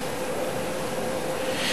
לוועדת הפנים והגנת הסביבה נתקבלה.